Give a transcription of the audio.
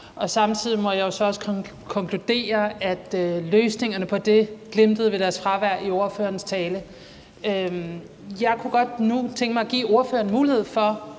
og samtidig må jeg så også konkludere, at løsningerne på den glimrede ved deres fravær i ordførerens tale. Jeg kunne godt nu tænke mig at give ordføreren mulighed for